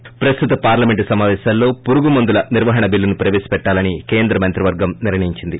ి ప్రస్తుత పార్లమెంటు సమాపేశాల్లో పురుగుమందుల నిర్వహణ బిల్లును ప్రపేశపెట్టాలని కేంద్ర మంత్రివర్గం నిర్ణయించింది